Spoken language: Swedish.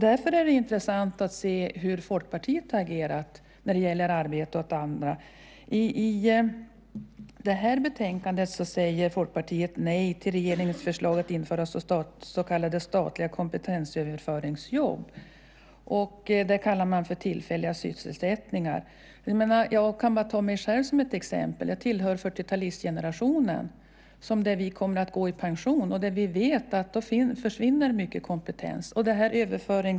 Därför är det intressant att se hur Folkpartiet har agerat när det gäller arbete åt alla. I betänkandet säger Folkpartiet nej till regeringens förslag att införa så kallade statliga kompetensöverföringsjobb. Det kallar man för tillfälliga sysselsättningar. Jag kan ta mig själv som ett exempel. Jag tillhör 40-talistgenerationen som snart kommer att gå i pension, och vi vet att det då försvinner väldigt mycket kompetens.